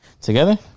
together